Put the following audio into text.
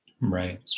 Right